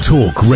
Talk